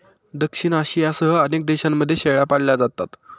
दक्षिण आशियासह अनेक देशांमध्ये शेळ्या पाळल्या जातात